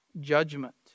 judgment